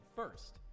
first